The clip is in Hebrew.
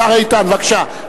השר איתן, בבקשה.